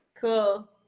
Cool